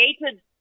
created